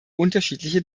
unterschiedliche